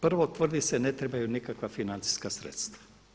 Prvo, tvrdi se ne trebaju nikakva financijska sredstva.